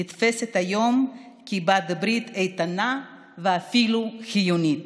נתפסת היום כבעלת ברית איתנה ואפילו חיונית.